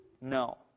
No